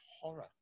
horror